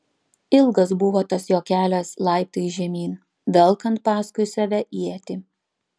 ilgas buvo tas jo kelias laiptais žemyn velkant paskui save ietį